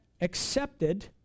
accepted